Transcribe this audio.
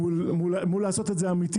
מול לעשות את זה אמיתי,